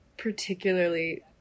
particularly